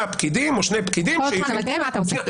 פקידים או שני פקידים --- אבל תראה מה אתה עושה.